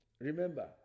Remember